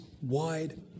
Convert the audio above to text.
wide